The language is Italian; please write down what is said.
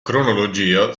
cronologia